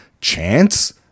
chance